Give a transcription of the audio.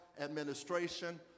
administration